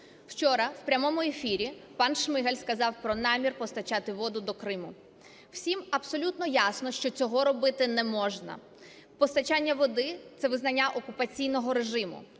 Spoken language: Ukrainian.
Вчора в прямому ефірі пан Шмигаль сказав про намір постачати воду до Криму. Всім абсолютно ясно, що цього робити не можна. Постачання води – це визнання окупаційного режиму,